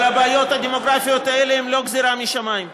אבל הבעיות הדמוגרפיות האלה הן לא גזירה משמיים.